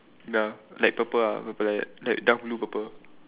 ya like purple ah purple like that like dark blue purple